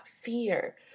fear